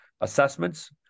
assessments